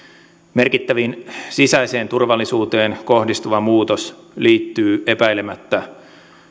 merkittävin sisäiseen turvallisuuteen kohdistuva muutos liittyy epäilemättä